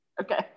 okay